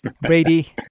Brady